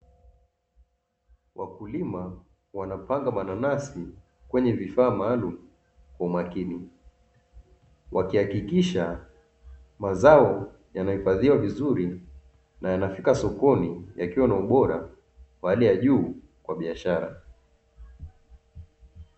Wakulima wanapanga mananasi kwenye vifaa maalumu kwa makini, wakihakikisha mazao yanahifadhiwa vizuri na yanafika sokoni yakiwa na ubora wa hali ya juu kwa biashara.